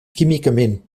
químicament